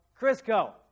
Crisco